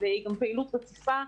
וזאת גם פעילות רציפה.